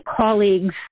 colleagues